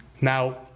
Now